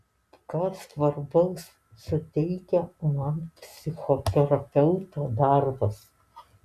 ką svarbaus suteikia man psichoterapeuto darbas